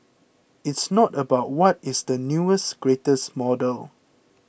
it's not about what is the newest greatest model